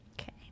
Okay